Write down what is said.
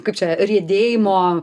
kaip čia riedėjimo